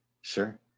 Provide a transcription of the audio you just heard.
Sure